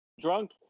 Drunk